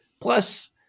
Plus